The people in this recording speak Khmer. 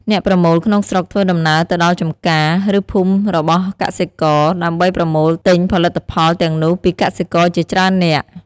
អ្នកប្រមូលក្នុងស្រុកធ្វើដំណើរទៅដល់ចំការ ឬភូមិរបស់កសិករ ដើម្បីប្រមូលទិញផលិតផលទាំងនោះពីកសិករជាច្រើននាក់។